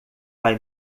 vai